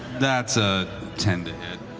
that's a ten to hit.